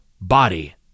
body